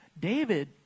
David